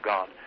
God